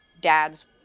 dad's